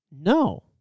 No